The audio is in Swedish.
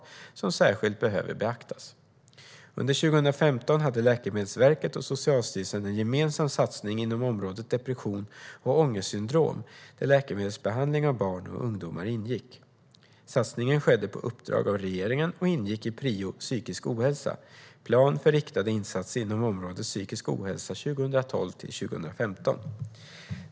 Dessa risker behöver särskilt beaktas. Under 2015 hade Läkemedelsverket och Socialstyrelsen en gemensam satsning inom området depression och ångestsyndrom där läkemedelsbehandling av barn och ungdomar ingick. Satsningen skedde på uppdrag av regeringen och ingick i PRIO psykisk ohälsa - plan för riktade insatser inom området psykisk ohälsa 2012-2015.